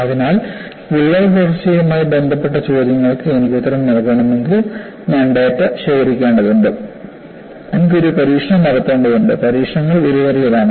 അതിനാൽ വിള്ളൽ വളർച്ചയുമായി ബന്ധപ്പെട്ട ചോദ്യങ്ങൾക്ക് എനിക്ക് ഉത്തരം നൽകണമെങ്കിൽ ഞാൻ ഡാറ്റ ശേഖരിക്കേണ്ടതുണ്ട് എനിക്ക് ഒരു പരീക്ഷണം നടത്തേണ്ടതുണ്ട് പരീക്ഷണങ്ങൾ വിലയേറിയതാണ്